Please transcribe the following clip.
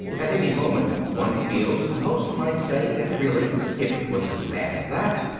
at any moment, one feels, the host might say that really, if it was as bad as that,